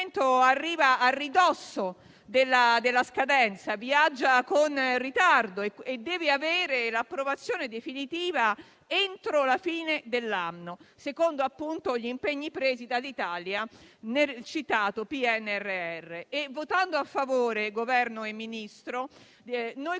arriva a ridosso della scadenza, viaggia con ritardo e deve avere l'approvazione definitiva entro la fine dell'anno, secondo gli impegni presi dall'Italia nel citato PNRR. Signor rappresentante del